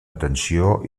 atenció